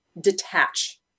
detach